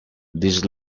these